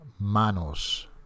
Manos